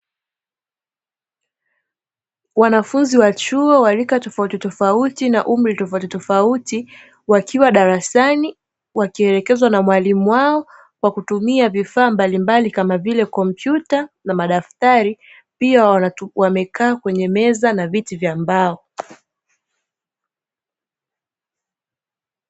Wanafunzi wa chuo wa rika tofautitofauti na umri tofautitofauti wakiwa darasani wakielekezwa na mwalimu wao kwa kutumia vifaa mbalimbali kama vile kompyuta, na madaftari pia wamekaa kwenye meza na viti vya mbao.